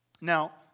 Now